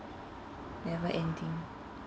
never ending